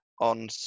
on